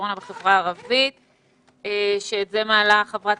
ובשיתוף ח"כ